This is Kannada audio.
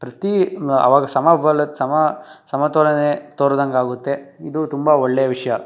ಪ್ರತಿ ಆವಾಗ ಸಮ ಸಮತೋಲನೆ ತೋರಿದಂಗಾಗುತ್ತೆ ಇದು ತುಂಬ ಒಳ್ಳೆ ವಿಷಯ